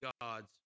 God's